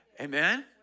Amen